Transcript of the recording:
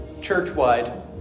church-wide